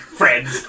friends